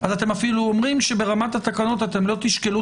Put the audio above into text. אתם אפילו אומרים שברמת התקנות אתם לא תשקלו